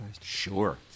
Sure